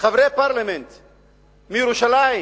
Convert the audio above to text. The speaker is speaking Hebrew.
חברי פרלמנט מירושלים,